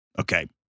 okay